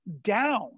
down